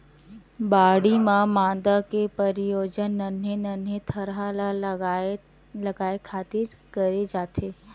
बाड़ी म मांदा के परियोग नान्हे नान्हे थरहा ल लगाय खातिर करे जाथे